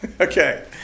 okay